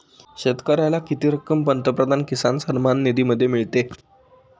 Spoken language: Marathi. शेतकऱ्याला किती रक्कम पंतप्रधान किसान सन्मान निधीमध्ये मिळते?